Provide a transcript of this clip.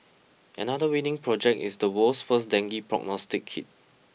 another winning project is the world's first dengue prognostic kit